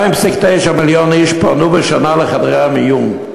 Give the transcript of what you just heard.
2.9 מיליון איש פנו השנה לחדרי המיון,